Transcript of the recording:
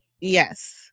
yes